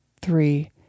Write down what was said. three